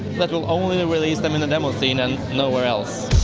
but will only release them in the demoscene, and nowhere else.